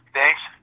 Thanks